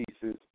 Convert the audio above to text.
pieces